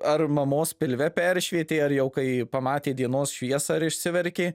ar mamos pilve peršvietė ar jau kai pamatė dienos šviesą ir išsiverkė